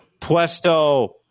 Puesto